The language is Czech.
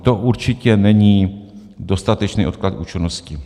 To určitě není dostatečný odklad účinnosti...